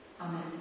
Amen